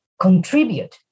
contribute